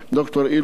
ד"ר אילוז,